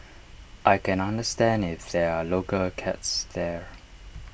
I can understand if there are local cats there